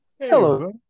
Hello